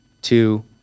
two